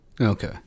okay